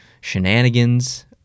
shenanigans